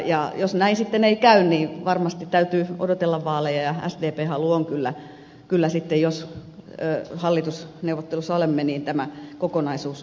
ja jos näin sitten ei käy niin varmasti täytyy odotella vaaleja ja sdpn halu on kyllä sitten jos hallitusneuvotteluissa olemme tämä kokonaisuus katsoa uudestaan